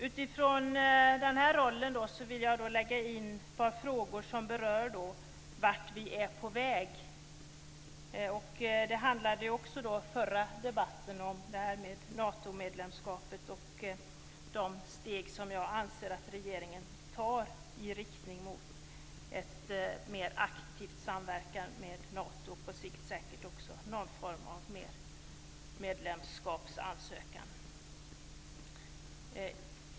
Med utgångspunkt i den här rollen vill jag ta upp ett par frågor som berör vart vi är på väg. Också den förra debatten handlade om detta, nämligen Natomedlemskapet och de steg som jag anser att regeringen tar i riktning mot en mer aktiv samverkan med Nato, på sikt säkert också någon form av medlemskapsansökan.